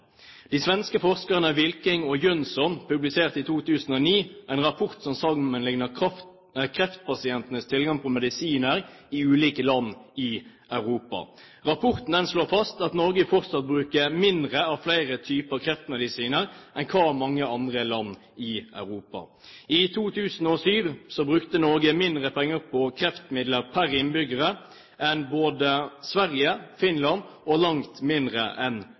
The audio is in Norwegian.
De svenske forskerne Wilking & Jønsson publiserte i 2009 en rapport som sammenlignet kreftpasienters tilgang på medisiner i ulike land i Europa. Rapporten slår fast at Norge fortsatt bruker mindre av flere typer kreftmedisiner enn mange andre land i Europa. I 2007 brukte Norge mindre penger på kreftlegemidler per innbygger enn både Sverige og Finland, og langt mindre enn